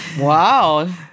wow